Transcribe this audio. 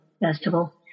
Festival